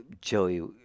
Joey